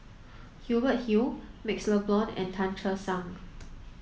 Hubert Hill MaxLe Blond and Tan Che Sang